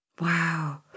Wow